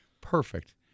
Perfect